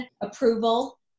approval